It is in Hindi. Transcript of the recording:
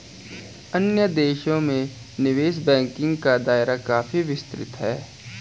अन्य देशों में निवेश बैंकिंग का दायरा काफी विस्तृत है